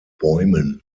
bäumen